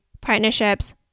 partnerships